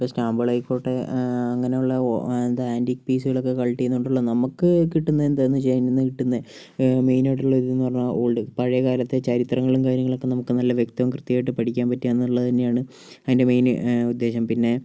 ഇപ്പോൾ സ്റ്റാമ്പുകൾ ആയിക്കോട്ടെ അങ്ങനെയുള്ള എന്താ ആൻറ്റീക് പീസുകളൊക്കെ കളക്ട് ചെയ്യുന്നതുകൊണ്ടുള്ള നമുക്ക് കിട്ടുന്ന എന്താന്ന് വെച്ചാൽ അതിനകത്തുനിന്ന് കിട്ടുന്ന മെയിനായിട്ടുള്ള ഇതെന്ന് പറഞ്ഞാൽ ഓൾഡ് പഴയ കാലത്തെ ചരിത്രങ്ങളും കാര്യങ്ങളൊക്കെ നമുക്ക് നല്ല വ്യക്തവും കൃത്യവുമായിട്ട് പഠിക്കാൻ പറ്റുക എന്നുള്ളത് തന്നെയാണ് അതിൻ്റെ മെയിൻ ഉദ്ദേശം പിന്നെ